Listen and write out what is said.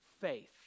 faith